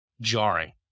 jarring